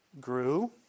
Grew